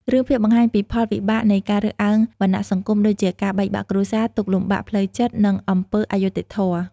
រឿងភាគបង្ហាញពីផលវិបាកនៃការរើសអើងវណ្ណៈសង្គម ដូចជាការបែកបាក់គ្រួសារ ទុក្ខលំបាកផ្លូវចិត្ត និងអំពើអយុត្តិធម៌។